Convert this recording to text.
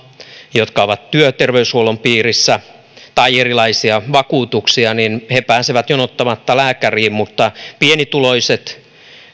jotka ovat työterveyshuollon piirissä tai joilla on erilaisia vakuutuksia pääsevät jonottamatta lääkäriin mutta pienituloiset